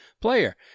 player